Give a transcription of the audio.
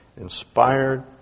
inspired